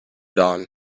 dawn